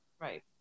right